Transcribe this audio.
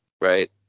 right